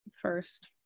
first